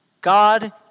God